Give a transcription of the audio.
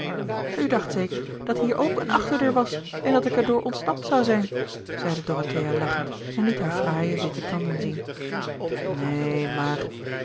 dacht zeker dat hier ook een achterdeur was en dat ik er door ontsnapt zou zijn zeide dorothea lachend en liet hare fraaie witte tanden zien neen maar